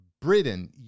Britain